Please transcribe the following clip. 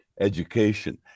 education